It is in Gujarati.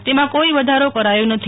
તેમાં કોઈ વધારો કરાયો નથી